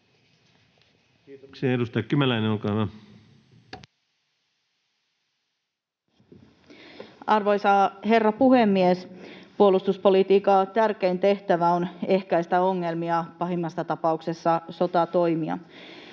puolustusselonteko Time: 17:30 Content: Arvoisa herra puhemies! Puolustuspolitiikan tärkein tehtävä on ehkäistä ongelmia, pahimmassa tapauksessa sotatoimia.